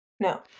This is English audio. No